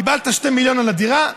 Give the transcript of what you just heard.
קיבלת 2 מיליון על הדירה,